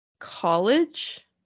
college